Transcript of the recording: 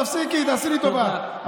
תפסיקי, תעשי לי טובה.